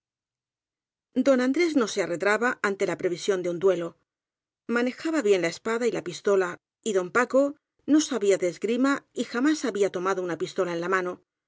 don andrés no se arredraba ante la previsión de un duelo manejaba bien la espada y la pistola y don paco no sabía de esgrima y jamás había to mado una pistola en la mano